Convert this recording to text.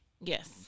Yes